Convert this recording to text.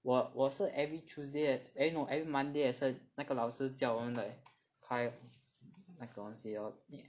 我我是 every Tuesday leh eh no every Monday lesson 那个老师叫我们 like 开那个东西 lor